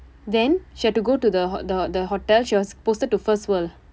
then she had to go to the hot~ the the hotel she was posted to first world